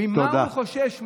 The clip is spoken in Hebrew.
ממה הוא חושש?